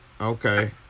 Okay